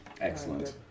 Excellent